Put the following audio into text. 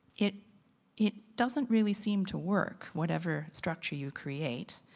it it doesn't really seem to work, whatever structure you create,